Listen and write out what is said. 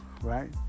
right